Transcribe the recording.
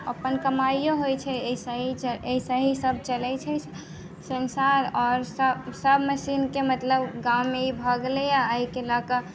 अपन कमाइओ होइत छै ऐसे ही ऐसे ही सभ चलैत छै संसार आओर सभ सभ मशीनके मतलब गाममे ई भऽ गेलैए एहिके लऽ कऽ